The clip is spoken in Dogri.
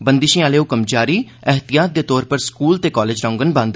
बंदिषें आह्ले हुक्म जारी एहतियात दे तौर पर स्कूल ते कालेज रौहङन बंद